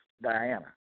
Diana